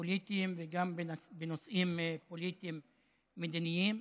פוליטיים וגם בנושאים פוליטיים-מדיניים.